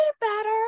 better